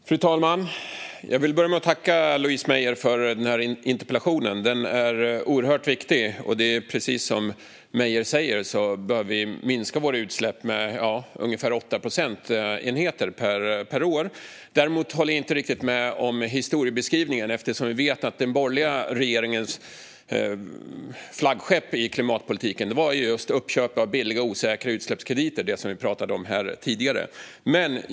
Fru talman! Jag vill börja med att tacka Louise Meijer för interpellationen. Den är oerhört viktig. Precis som Meijer säger behöver vi minska våra utsläpp med ungefär 8 procentenheter per år. Däremot håller jag inte riktigt med om historiebeskrivningen, eftersom vi vet att den borgerliga regeringens flaggskepp i klimatpolitiken var just uppköp av billiga, osäkra utsläppskrediter, som vi pratade om tidigare.